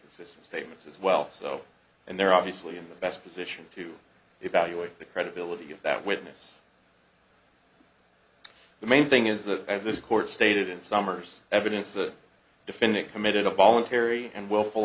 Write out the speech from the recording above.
inconsistent statements as well so and they're obviously in the best position to evaluate the credibility of that witness the main thing is that as this court stated in summers evidence the defendant committed a voluntary and willful